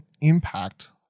Impact